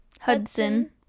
hudson